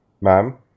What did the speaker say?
Ma'am